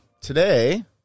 today